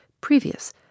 previous